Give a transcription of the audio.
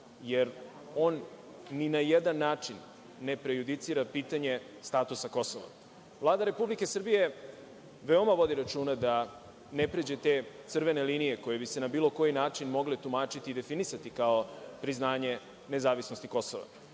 jer on ni na jedan način ne prejudicira pitanje statusa Kosova. Vlada Republike Srbije veoma vodi računa da ne pređe te crvene linije koje bi se na bilo koji način mogle tumačiti i definisati kao priznanje nezavisnosti Kosova.